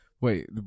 Wait